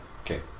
Okay